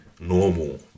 normal